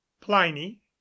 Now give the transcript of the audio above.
pliny